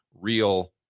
real